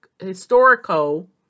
historical